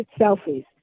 selfies